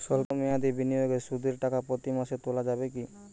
সল্প মেয়াদি বিনিয়োগে সুদের টাকা প্রতি মাসে তোলা যাবে কি?